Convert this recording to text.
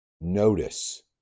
notice